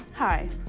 Hi